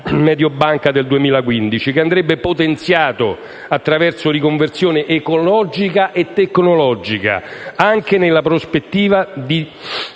Mediobanca del 2015) - che andrebbe potenziato attraverso riconversione ecologica e tecnologica, anche nella prospettiva di